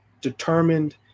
determined